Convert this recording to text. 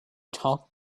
talk